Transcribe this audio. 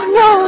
no